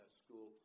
school